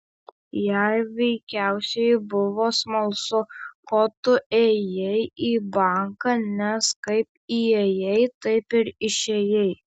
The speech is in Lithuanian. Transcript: jai veikiausiai buvo smalsu ko tu ėjai į banką nes kaip įėjai taip ir išėjai